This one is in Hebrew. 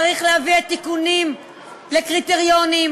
צריך להביא תיקונים לקריטריונים,